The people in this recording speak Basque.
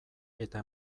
eta